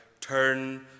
turn